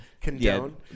condone